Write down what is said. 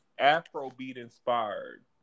Afrobeat-inspired